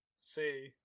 See